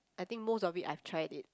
I think most of it I tried it